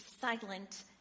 silent